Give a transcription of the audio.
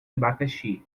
abacaxi